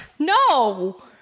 No